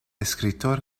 escritor